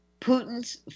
Putin's